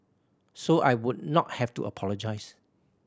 so I would not have to apologise